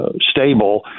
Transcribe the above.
stable